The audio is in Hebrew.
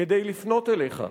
כדי לפנות אליך,